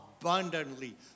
abundantly